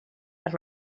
per